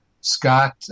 Scott